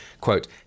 Quote